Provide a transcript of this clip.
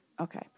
Okay